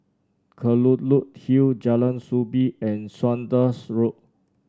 Kelulut Hill Jalan Soo Bee and Saunders Road